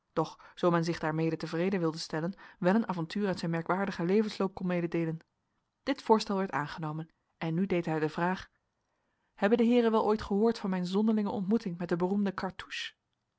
zoo men zich daarmede tevreden wilde stellen wel een avontuur uit zijn merkwaardigen levensloop kon mededeelen dit voorstel werd aangenomen en nu deed hij de vraag hebben de heeren wel ooit gehoord van mijn zonderlinge ontmoeting met den beroemden